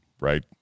right